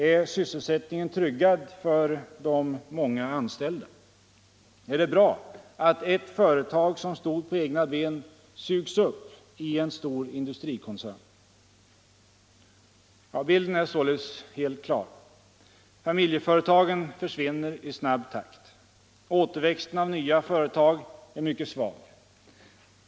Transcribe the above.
Är sysselsättningen tryggad för de många anställda? Är det bra att ett företag som står på egna ben sugs upp i en stor industrikoncern? Bilden är således helt klar. Familjeföretagen försvinner i snabb takt. Återväxten av nya företag är mycket svag.